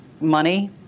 money